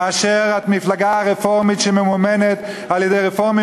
כאשר מפלגה רפורמית שממומנת על-ידי רפורמים